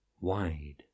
wide